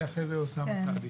ואחריו אוסאמה סעדי.